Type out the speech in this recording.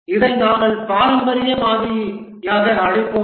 இதை நாங்கள் பாரம்பரிய மாதிரியாக அழைப்போம்